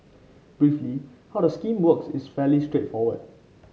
briefly how the scheme works is fairly straightforward